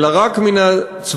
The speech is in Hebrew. אלא רק מן הצבועים,